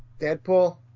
Deadpool